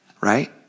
right